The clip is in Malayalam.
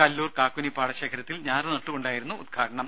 കല്ലൂർ കാക്കുനി പാടശേഖരത്തിൽ ഞാറു നട്ടു കൊണ്ടായിരുന്നു ഉദ്ഘാടനം